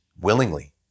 willingly